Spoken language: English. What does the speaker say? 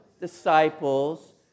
disciples